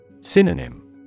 Synonym